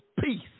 peace